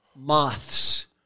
moths